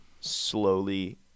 slowly